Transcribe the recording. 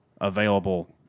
available